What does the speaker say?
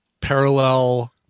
parallel